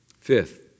Fifth